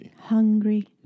Hungry